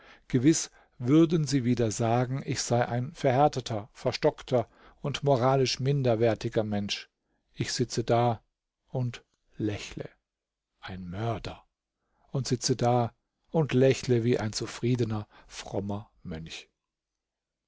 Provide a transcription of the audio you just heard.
gewiß würden sie wieder sagen ich sei ein verhärteter verstockter und moralisch minderwertiger mensch ich sitze da und lächle ein mörder und sitze da und lächle wie ein zufriedener frommer mönch